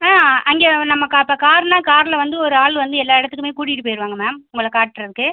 ஆ அங்கே நம்ம க இப்போ காருன்னால் காரில் வந்து ஒரு ஆள் வந்து எல்லா இடத்துக்குமே கூட்டிகிட்டு போயிடுவாங்க மேம் உங்களை காட்டுறதுக்கு